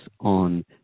on